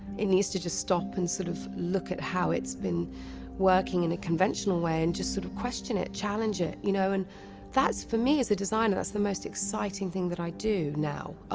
it needs to just stop and sort of look at how it's been working in a conventional way, and just sort of question it, challenge it. you know and that's for me, as a designer, that's the most exciting thing that i do now.